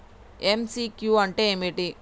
MCQ అంటే ఏమిటి?